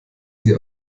sie